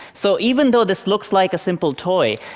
so even though this looks like a simple toy,